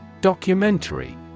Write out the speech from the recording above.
Documentary